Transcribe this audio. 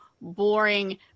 boring